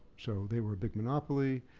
so, they were a big monopoly.